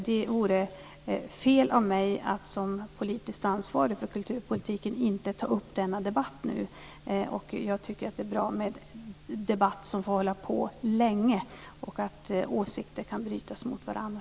Det vore fel av mig som politiskt ansvarig för kulturpolitiken att inte ta upp denna debatt. Jag tycker att det är bra med en långvarig debatt där åsikter kan brytas mot varandra.